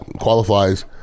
qualifies